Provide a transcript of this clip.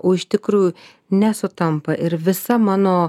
o iš tikrųjų nesutampa ir visa mano